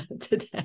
today